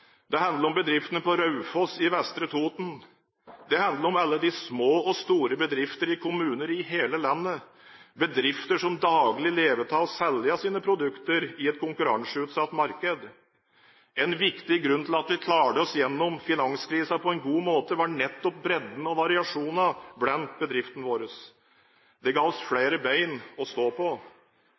Det handler om bedriftene på Raufoss i Vestre Toten. Det handler om alle de små og store bedrifter i kommuner i hele landet, bedrifter som daglig lever av å selge sine produkter i et konkurranseutsatt marked. En viktig grunn til at vi klarte oss gjennom finanskrisen på en god måte, var nettopp bredden og variasjonen blant bedriftene våre. Det ga oss flere bein å stå på.